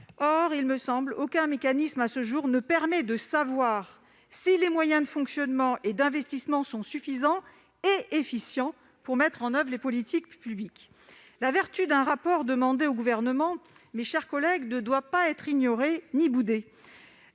Or, me semble-t-il, aucun mécanisme à ce jour ne permet de savoir si les moyens de fonctionnement et d'investissement sont suffisants et efficients pour mettre en oeuvre les politiques publiques. La vertu d'un rapport demandé au Gouvernement, mes chers collègues, ne doit pas être ignorée ni boudée.